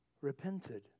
repented